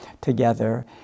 together